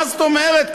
מה זאת אומרת?